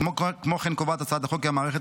כמו כן קובעת הצעת החוק כי המערכת